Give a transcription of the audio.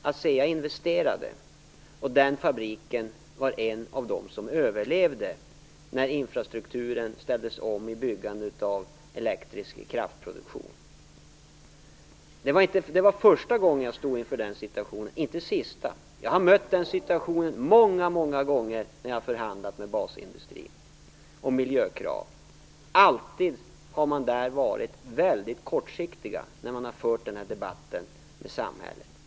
ASEA investerade och den fabriken var en av de fabriker som överlevde när infrastrukturen ställdes om i byggandet av elektrisk kraftproduktion. Det var första gången som jag stod inför den situationen, inte sista. Jag har mött den situationen många, många gånger när jag har förhandlat om miljökrav med basindustrins företrädare, som alltid har varit väldigt kortsiktiga när de har fört debatten med samhället.